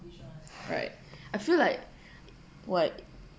right I feel like like